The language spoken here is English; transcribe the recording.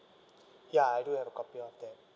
ya I do have the copy of that